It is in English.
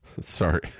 Sorry